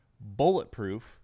bulletproof